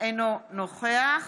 אינו נוכח